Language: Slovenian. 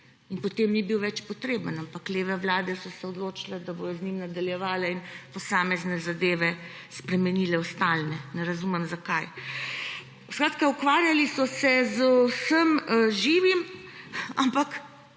in potem ni bil več potreben, ampak leve vlade so se odločile, da bomo z njim nadaljevale in posamezne zadeve spremenile v stalne. Ne razumem, zakaj. Skratka, ukvarjali so se z vsem živim, ampak